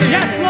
Yes